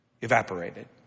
evaporated